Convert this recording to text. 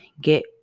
get